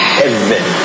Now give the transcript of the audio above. heaven